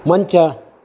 ಮಂಚ